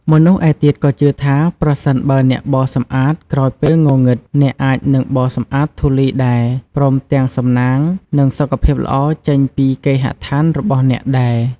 មនុស្សឯទៀតក៏ជឿថា ប្រសិនបើអ្នកបោសសម្អាតក្រោយពេលងងឹត អ្នកអាចនឹងបោសសម្អាតធូលីដែរ ព្រមទាំងសំណាង និងសុខភាពល្អចេញពីគេហដ្ឋានរបស់អ្នកដែរ។